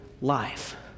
life